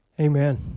Amen